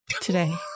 today